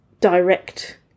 direct